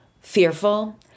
fearful